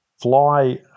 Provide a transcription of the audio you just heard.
fly